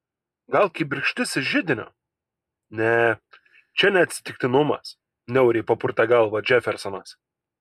gal kibirkštis iš židinio ne čia ne atsitiktinumas niauriai papurtė galvą džefersonas